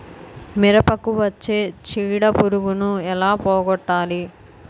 మిరపకు వచ్చే చిడపురుగును ఏల పోగొట్టాలి?